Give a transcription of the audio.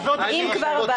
אם כבר,